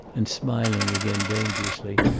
and smiling again, dangerously,